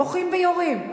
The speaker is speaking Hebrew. בוכים ויורים.